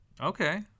Okay